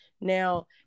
now